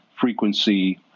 frequency